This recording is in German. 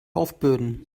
aufbürden